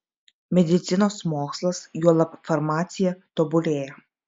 medicinos mokslas juolab farmacija tobulėja